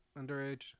underage